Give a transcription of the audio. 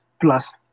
plus